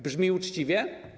Brzmi uczciwie?